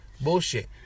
bullshit